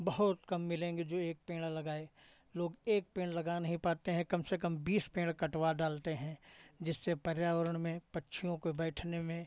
बहुत कम मिलेंगे जो एक पेड़ लगाए लोग एक पेड़ लगा नहीं पाते हैं कम से कम बीस पेड़ कटवा डालते हैं जिससे पर्यावरण में पक्षियों के बैठने में